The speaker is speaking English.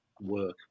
work